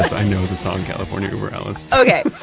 i know the song california uber alles okay.